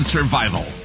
Survival